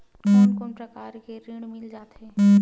कोन कोन प्रकार के ऋण मिल जाथे?